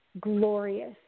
glorious